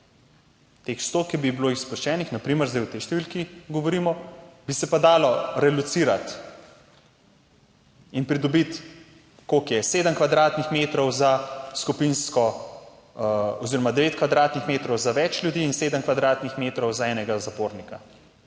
teh sto, ki bi jih bilo izpuščenih na primer, zdaj o tej številki govorimo, bi se pa dalo relocirati in pridobiti, koliko je 7 kvadratnih metrov za skupinsko oziroma 9 kvadratnih metrov za več ljudi in 7 kvadratnih metrov za enega zapornika,